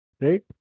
right